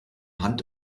hand